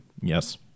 Yes